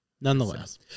Nonetheless